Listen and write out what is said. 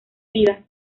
vida